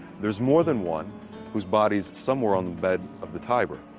there's more than one whose body is somewhere on the bed of the tiber.